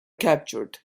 captured